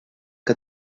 que